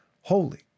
holy